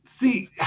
See